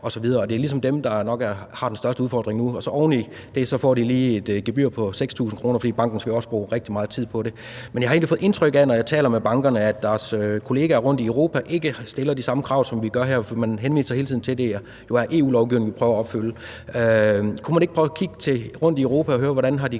osv. Det er ligesom dem, der nok har den største udfordring nu. Oven i det får de lige et gebyr på 6.000 kr., fordi banken også skal bruge rigtig meget tid på det. Men jeg har egentlig fået indtryk af, når jeg taler med bankerne, at deres kolleger rundtom i Europa ikke stiller de samme krav, som vi gør her. Man henviser hele tiden til, at det jo er EU-lovgivning, vi prøver at opfylde. Kunne man ikke prøve at kigge rundt i Europa og høre, hvordan de